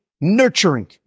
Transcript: nurturing